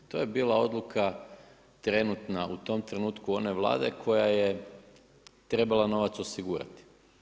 To je bila odluka trenutna u tom trenutku one vlade koja je trebala novac osigurati.